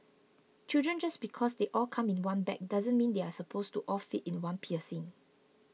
children just because they all come in one bag doesn't mean they are supposed to all fit in one piercing